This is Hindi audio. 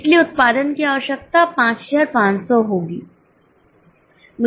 इसलिए उत्पादन की आवश्यकता 5500 होगी